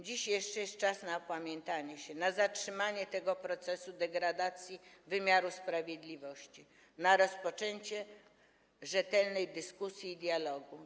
Dziś jeszcze jest czas na opamiętanie się, na zatrzymanie tego procesu degradacji wymiaru sprawiedliwości, na rozpoczęcie rzetelnej dyskusji i dialogu.